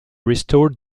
restored